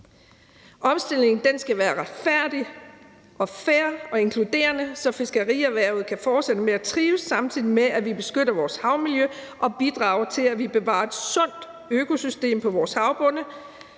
Omstillingen skal være retfærdig, fair og inkluderende, så fiskerierhvervet kan fortsætte med at trives, samtidig med at vi beskytter vores havmiljø, og bidrage til, at vi bevarer et sundt økosystem på vores havbunde,